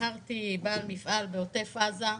בחרתי בעל מפעל בעוטף עזה,